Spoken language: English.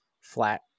flat